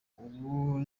ubu